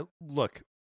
look